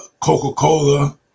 Coca-Cola